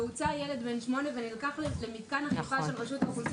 והוצא ילד בן שמונה ונלקח למתקן אכיפה של רשות האוכלוסין